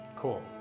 Cool